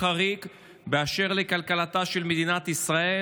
חריג באשר לכלכלתה של מדינת ישראל.